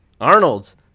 Arnold's